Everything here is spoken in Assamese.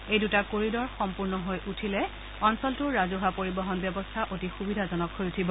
এই দুটা কৰিডৰ সম্পূৰ্ণ হৈ উঠিলে অঞ্চলটোৰ ৰাজহুৱা পৰিবহন ব্যৱস্থা অতি সুবিধাজনক হৈ উঠিব